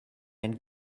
and